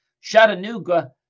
Chattanooga